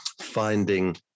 finding